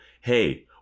Hey